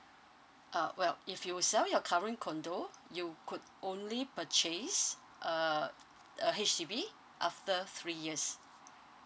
uh well if you sell your current condo you could only purchase uh a H_D_B after three years